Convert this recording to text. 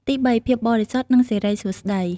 ទីបី ភាពបរិសុទ្ធ និងសិរីសួស្តី